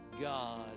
God